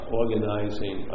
organizing